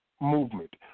movement